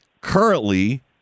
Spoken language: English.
currently